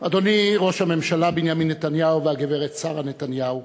אדוני ראש הממשלה בנימין נתניהו והגברת שרה נתניהו,